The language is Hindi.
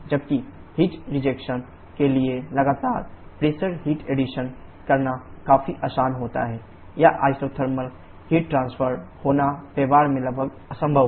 जबकि हीट रिजेक्शन के लिए लगातार प्रेशर हीट एडिशन करना काफी आसान होता है यह आइसोथर्मल हीट ट्रांसफर होना व्यवहार में लगभग असंभव है